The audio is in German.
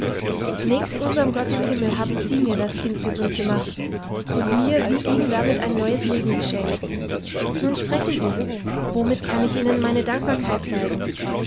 nächst unserm gott im himmel haben sie mir das kind gesund gemacht und mir wie ihm damit ein neues leben geschenkt nun sprechen sie womit kann ich ihnen meine dankbarkeit zeigen